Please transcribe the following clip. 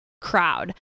crowd